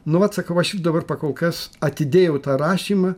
nu vat sakau aš ir dabar pakolkas atidėjau tą rašymą